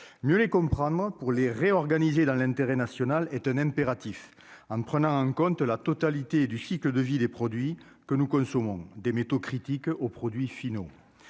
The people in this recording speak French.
mieux les comprendre, pour les dans l'intérêt national est un impératif, en prenant en compte la totalité du chic de vie des produits que nous consommons des métaux critiques aux produits finaux,